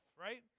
right